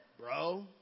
Bro